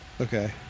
Okay